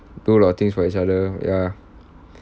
do a lot of things for each other ya